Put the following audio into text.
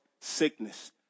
sickness